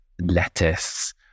lettuce